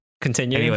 continue